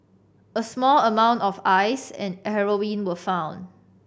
a small amount of ice and heroin were found